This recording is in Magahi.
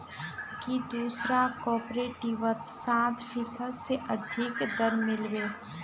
की दूसरा कॉपरेटिवत सात फीसद स अधिक दर मिल बे